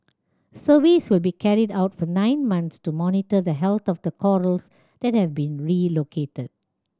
surveys will be carried out for nine months to monitor the health of the corals that have been relocated